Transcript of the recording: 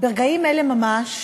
ברגעים אלה ממש,